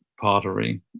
pottery